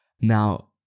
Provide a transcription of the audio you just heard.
now